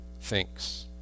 thinks